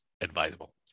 advisable